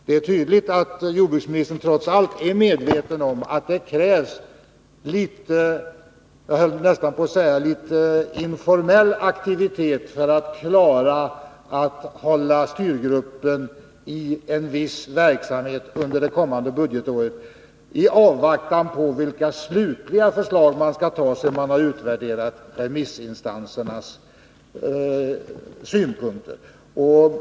Det är tydligt att jordbruksministern trots allt är medveten om att det krävs litet ”informell” aktivitet för att styrgruppen skall kunna bedriva en viss verksamhet under det kommande budgetåret i avvaktan på utvärderingen av remissinstansernas synpunkter och de slutgiltiga förslag man därefter skall lägga fram.